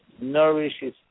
nourishes